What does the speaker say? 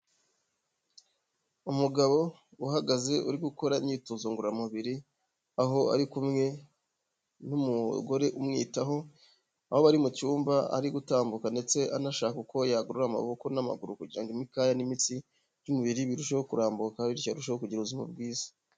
Umugabo uhagaze, uri gukora imyitozo ngororamubiri, aho ari kumwe n'umugore umwitaho, aho ari mu cyumba ari gutambuka ndetse anashaka uko yagorora amaboko n'amaguru, kugira ngo imikaya n'imitsi by'umubiri, birusheho kurambuka, bityo arusheho kugira ubuzima bwiza.